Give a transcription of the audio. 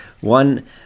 one